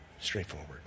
Straightforward